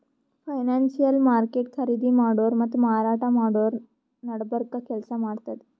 financial market ಖರೀದಿ ಮಾಡೋರ್ ಮತ್ತ್ ಮಾರಾಟ್ ಮಾಡೋರ್ ನಡಬರ್ಕ್ ಕೆಲ್ಸ್ ಮಾಡ್ತದ್